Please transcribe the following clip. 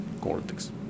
cortex